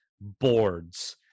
boards